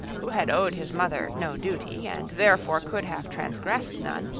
who had owed his mother no duty and therefore could have transgressed none,